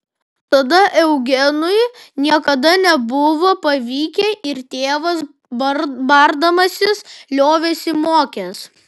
tada eugenui niekada nebuvo pavykę ir tėvas bardamasis liovėsi mokęs